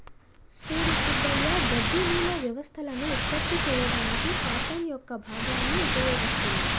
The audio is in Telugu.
సూడు సుబ్బయ్య గడ్డి మూల వ్యవస్థలను ఉత్పత్తి చేయడానికి కార్టన్ యొక్క భాగాన్ని ఉపయోగిస్తుంది